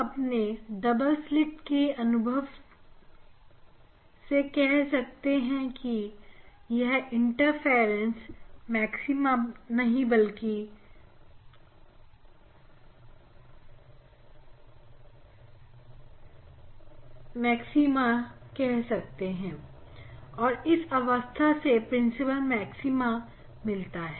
हम अपने double slit के अनुभव से कह सकते हैं कि यह इंटरफ्रेंस मैक्सिमा नहीं बल्कि मैक्सिमा है और ऐसे ही और भी मैक्सिमा हमें मिलते हैं इसीलिए हम इसे प्रिंसिपल मैक्सिमा कहते हैं और इस अवस्था से प्रिंसिपल मैक्सिमा मिलता है